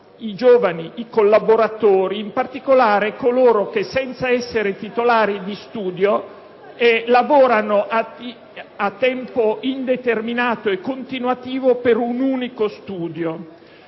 i giovani, i collaboratori, in particolare coloro che, senza essere titolari di studio, lavorano a tempo indeterminato e continuativo per un unico studio.